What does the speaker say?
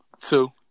two